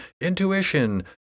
intuition